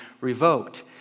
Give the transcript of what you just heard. revoked